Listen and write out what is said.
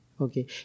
Okay